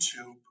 YouTube